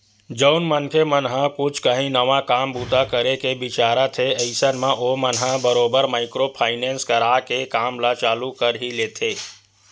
जउन मनखे मन ह कुछ काही नवा काम बूता करे के बिचारत हे अइसन म ओमन ह बरोबर माइक्रो फायनेंस करा के काम ल चालू कर ही लेथे